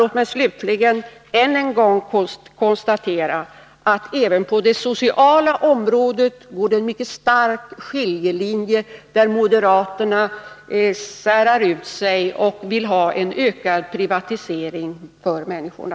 Låt mig slutligen än en gång konstatera att det även på det sociala området går en mycket klar skiljelinje, eftersom moderaterna särar ut sig och vill ha en ökad privatisering för människorna.